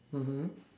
mmhmm